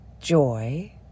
joy